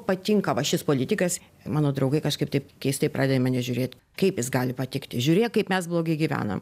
patinka va šis politikas mano draugai kažkaip taip keistai pradeda į mane žiūrėt kaip jis gali patikti žiūrėk kaip mes blogai gyvenam